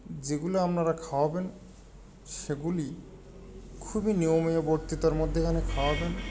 যেগুলো আপনারা খাওয়াবেন সেগুলি খুবই নিয়মানুবর্তিতার মধ্যে এখানে খাওয়াবেন